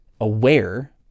aware